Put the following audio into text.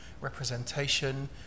representation